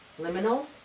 Liminal